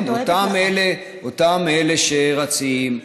כן, אותם אלה שרצים,